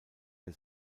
der